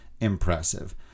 impressive